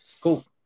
Cool